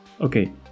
Okay